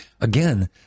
Again